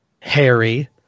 Harry